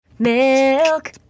Milk